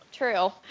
true